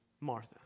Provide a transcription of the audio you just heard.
Martha